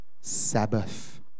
Sabbath